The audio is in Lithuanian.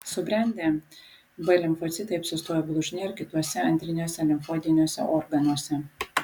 subrendę b limfocitai apsistoja blužnyje ir kituose antriniuose limfoidiniuose organuose